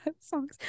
songs